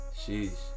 Sheesh